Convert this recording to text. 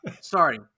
Sorry